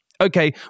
Okay